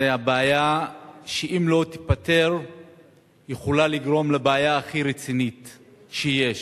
בעיה שאם היא לא תיפתר היא יכולה לגרום לבעיה הכי רצינית שיש.